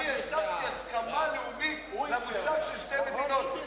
אני השגתי הסכמה לאומית למושג של שתי מדינות.